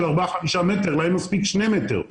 ארבעה-חמישה מטרים אלא להם מספיקים שני מטרים.